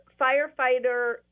firefighter